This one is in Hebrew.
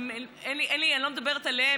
אני לא מדברת עליהם,